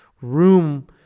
room